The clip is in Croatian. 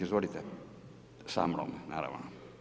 Izvolite, samnom, naravno.